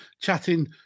chatting